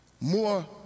more